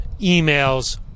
emails